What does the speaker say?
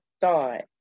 thought